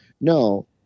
No